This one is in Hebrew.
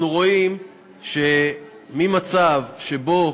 אנחנו רואים מצב שבו